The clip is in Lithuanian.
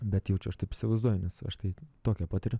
bet jaučiu aš taip įsivaizduoju nes aš tai tokią patiriu